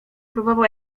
próbował